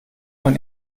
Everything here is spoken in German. man